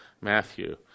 Matthew